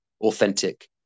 authentic